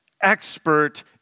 expert